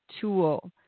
tool